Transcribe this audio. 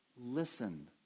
listened